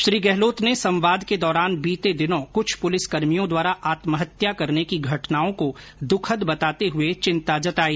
श्री गहलोत ने संवाद के दौरान बीते दिनों कुछ पुलिसकर्मियों द्वारा आत्महत्या करने की घटनाओं को दुखद बताते हुए चिंता जताई